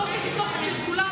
התופת היא תופת של כולם,